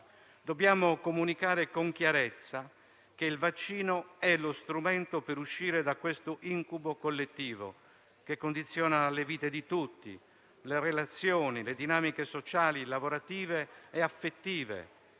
Dobbiamo comunicare con chiarezza che il vaccino è lo strumento per uscire da questo incubo collettivo che condiziona le vite di tutti, le relazioni, le dinamiche sociali, lavorative e affettive,